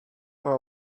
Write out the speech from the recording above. for